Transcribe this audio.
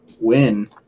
win